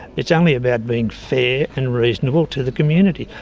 it's only about being fair and reasonable to the community,